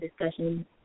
discussion